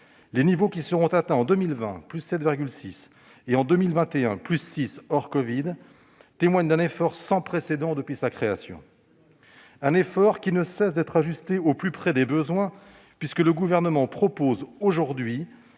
les niveaux qui seront atteints en 2020- +7,6 % -et en 2021- +6 % hors covid -témoignent d'un effort sans précédent depuis sa création. Cet effort ne cesse d'être ajusté au plus près des besoins, puisque le Gouvernement propose aujourd'hui,